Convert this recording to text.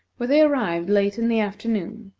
where they arrived late in the afternoon.